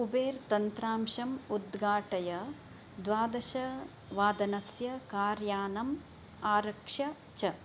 Uber तन्त्रांशम् उद्घाटय द्वादशवादनस्य कार्यानम् आरक्ष च